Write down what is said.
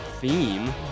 theme